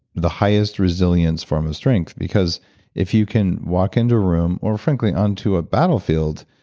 the highest resilience from a strength. because if you can walk into a room or frankly, onto a battlefield,